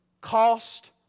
cost